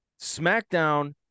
SmackDown